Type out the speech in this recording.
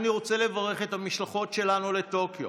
אני רוצה לברך את המשלחות שלנו לטוקיו